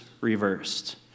reversed